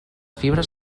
fibres